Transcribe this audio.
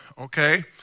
okay